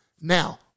Now